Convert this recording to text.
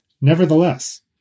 Nevertheless